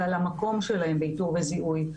ועל המקום שלהם באיתור וזיהוי,